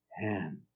hands